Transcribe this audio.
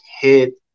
hit